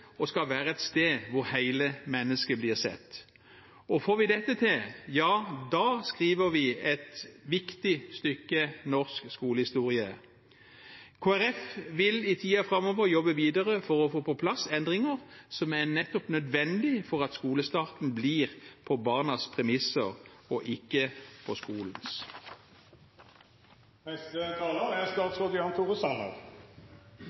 og dannelse og skal være et sted hvor hele mennesket blir sett. Får vi dette til – ja, da skriver vi et viktig stykke norsk skolehistorie. Kristelig Folkeparti vil i tiden framover jobbe videre for å få på plass endringer som nettopp er nødvendige for at skolestarten blir på barnas premisser og ikke på